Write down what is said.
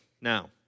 Now